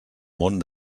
món